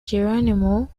geronimo